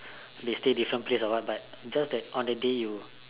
they stay different place or what but just that on that day you